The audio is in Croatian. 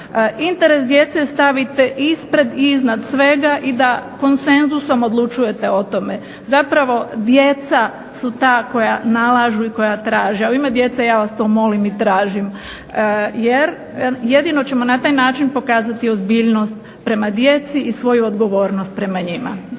interes djece stavite ispred i iznad svega i da konsenzusom odlučujete o tome. Zapravo djeca su ta koja nalažu i koja traže, a u ime djece ja vas to molim i tražim, jer jedino ćemo na taj način pokazati ozbiljnost prema djeci i svoju odgovornost prema njima.